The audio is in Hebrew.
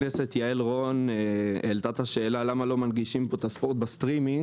חברת הכנסת יעל רון בן משה שאלה למה לא מנגישים את הספורט בסטרימינג.